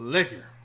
Liquor